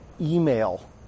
email